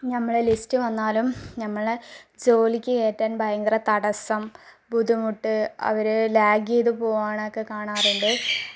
നമ്മുടെ ലിസ്റ്റ് വന്നാലും നമ്മളെ ജോലിക്ക് കയറ്റാൻ ഭയങ്കര തടസ്സം ബുദ്ധിമുട്ട് അവർ ലാഗ് ചെയ്തു പോകുകയാണെന്നൊക്കെ കാണാറുണ്ട്